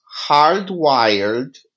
hardwired